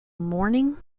morning